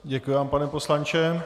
Děkuji vám, pane poslanče.